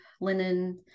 linen